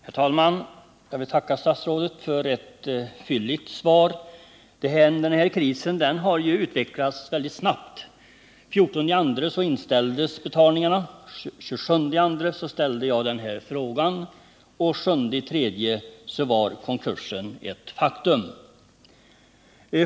Herr talman! Jag vill tacka statsrådet för ett fylligt svar. Krisen har ju utvecklats mycket snabbt. Den 14 februari inställdes betalningarna, den 27 februari ställde jag den här frågan och den 7 mars var konkursen ett faktum.